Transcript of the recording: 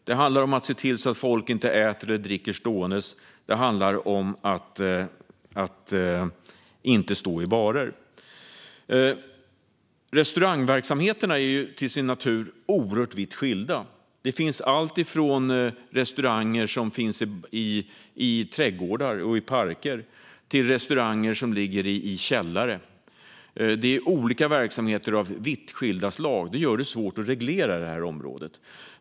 Det handlar om att se till att folk inte äter eller dricker stående. Det handlar om att inte stå i barer. Restaurangverksamheterna är till sin natur vitt skilda. Det finns alltifrån restauranger som finns i trädgårdar och i parker till restauranger som ligger i källare. Det är verksamheter av vitt skilda slag. Det gör det svårt att reglera detta område.